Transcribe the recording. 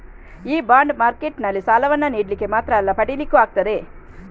ಈ ಬಾಂಡ್ ಮಾರ್ಕೆಟಿನಲ್ಲಿ ಸಾಲವನ್ನ ನೀಡ್ಲಿಕ್ಕೆ ಮಾತ್ರ ಅಲ್ಲ ಪಡೀಲಿಕ್ಕೂ ಆಗ್ತದೆ